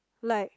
like